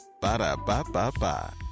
Ba-da-ba-ba-ba